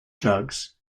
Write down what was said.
drugs